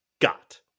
got